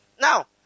Now